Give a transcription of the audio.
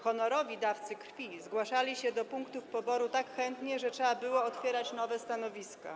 Honorowi dawcy krwi zgłaszali się do punktów poboru tak chętnie, że trzeba było otwierać nowe stanowiska.